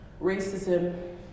Racism